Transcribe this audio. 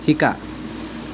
শিকা